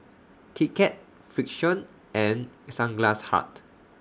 Kit Kat Frixion and Sunglass Hut